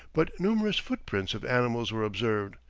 but numerous footprints of animals were observed,